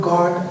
God